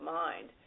mind